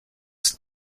creek